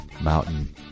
mountain